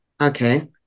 okay